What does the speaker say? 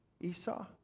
Esau